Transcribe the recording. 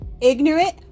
ignorant